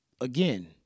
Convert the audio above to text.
Again